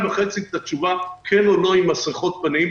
וחצי את התשובה: כן או לא עם מסכות פנים?